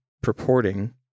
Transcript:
purporting